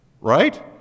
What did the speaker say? right